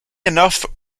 enough